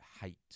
hate